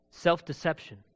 Self-deception